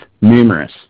numerous